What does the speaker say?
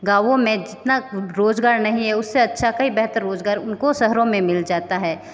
गाँवों में जितना रोज़गार नहीं है उससे अच्छा कहीं बेहतर रोज़गार उनको शहरों में मिल जाता है